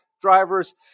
drivers